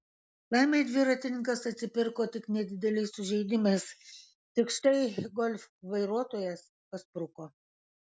laimei dviratininkas atsipirko tik nedideliais sužeidimais tik štai golf vairuotojas paspruko